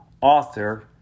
author